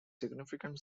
significant